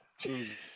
Jesus